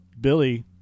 Billy